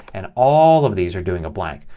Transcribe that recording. and all of these are doing a blank.